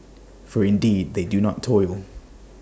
for indeed they do not toil